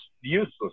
useless